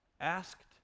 asked